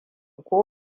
ko